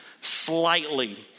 Slightly